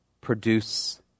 produce